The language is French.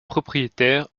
propriétaire